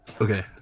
Okay